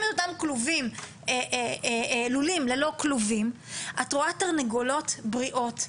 את אותם לולים ללא כלובים את רואה תרנגולות בריאות,